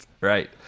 Right